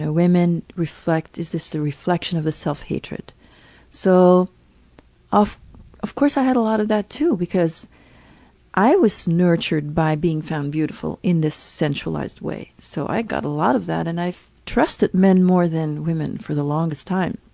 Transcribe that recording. ah women reflect is the reflection of the self-hatred. so of of course i had a lot of that too because i was nurtured by being found beautiful in this centralized way. so i got a lot of that and i've trusted men more than women for the longest time.